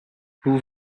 vous